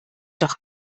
doch